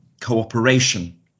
cooperation